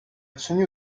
ценю